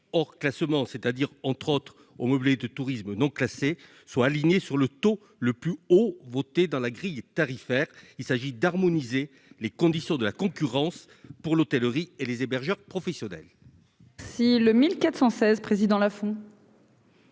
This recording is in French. hors classement, c'est-à-dire entre autres aux meublés de tourisme non classés soit aligné sur le taux le plus haut voter dans la grille tarifaire, il s'agit d'harmoniser les conditions de la concurrence pour l'hôtellerie et les hébergeurs professionnels.